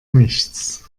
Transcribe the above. nichts